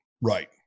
right